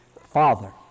Father